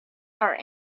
are